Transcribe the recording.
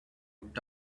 would